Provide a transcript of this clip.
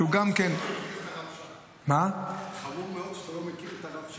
שהוא גם --- חמור מאוד שאתה לא מכיר את הרב שך.